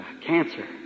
Cancer